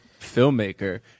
filmmaker